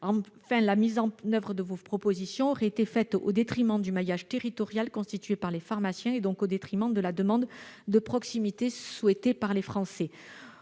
Enfin, la mise en oeuvre de vos propositions se serait faite au détriment du maillage territorial constitué par les pharmaciens et, donc, au détriment de la demande de proximité exprimée par les Français.